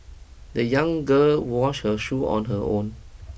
the young girl wash her shoe on her own